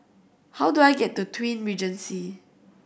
how do I get to Twin Regency